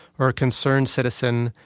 or a concerned citizen,